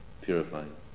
purifying